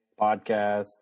podcast